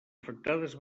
afectades